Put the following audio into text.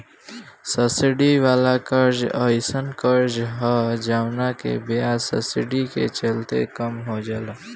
subsidy वाला कर्जा एयीसन कर्जा ह जवना के ब्याज सब्सिडी के चलते कम हो जाला